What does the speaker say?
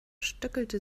stöckelte